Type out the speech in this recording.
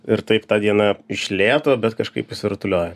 ir taip ta diena iš lėto bet kažkaip išsirutulioja